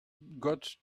got